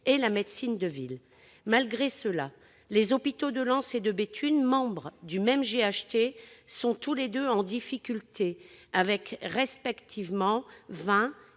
et la médecine de ville. Malgré cela, les hôpitaux de Lens et Béthune, membres du même GHT, sont tous les deux en difficulté, avec respectivement 20